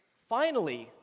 finally,